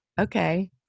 okay